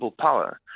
power